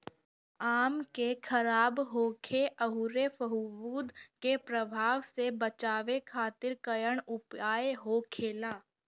आम के खराब होखे अउर फफूद के प्रभाव से बचावे खातिर कउन उपाय होखेला?